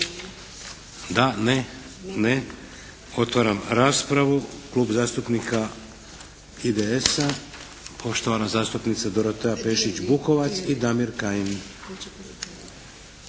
odbora? Ne. Otvaram raspravu. Klub zastupnika IDS-a poštovana zastupnica Dorotea Pešić-Bukovac i Damir Kajin.